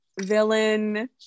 villain